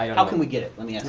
um how can we get it? let me ask